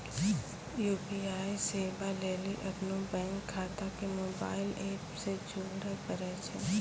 UPI सेबा लेली अपनो बैंक खाता के मोबाइल एप से जोड़े परै छै